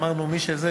אמרנו: מי שזה,